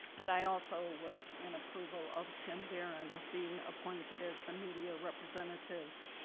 but i also was in approval of tim baron being appointed as the media representative.